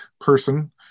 person